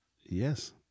yes